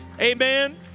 Amen